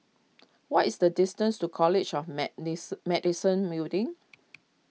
what is the distance to College of may Medicine Building